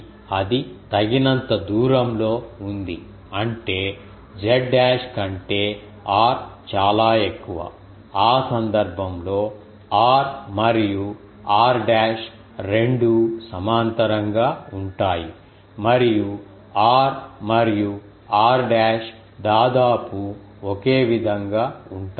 కాబట్టి అది తగినంత దూరంలో ఉంది అంటే z డాష్ కంటే r చాలా ఎక్కువ ఆ సందర్భంలో r మరియు r డాష్ రెండూ సమాంతరంగా ఉంటాయి మరియు r మరియు r డాష్ దాదాపు ఒకే విధంగా ఉంటాయి